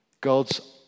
God's